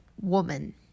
woman